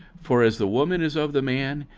for as the woman is of the man,